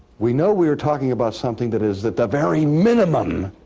we know we're talking about something that is that the very minimum